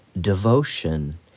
Devotion